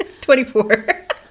24